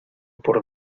por